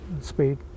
speed